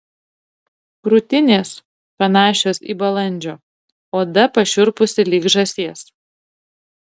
krūtinės panašios į balandžio oda pašiurpusi lyg žąsies